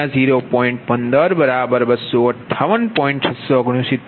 669MWહશે